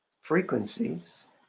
frequencies